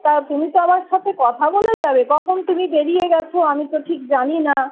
তা তুমি তো আমার সাথে কথা বলে যাবে কখন তুমি বেরিয়ে গেছো আমি তো ঠিক জানি না